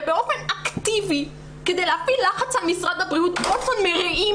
ובאופן אקטיבי כדי להפעיל לחץ על משרד הבריאות וולפסון מרעים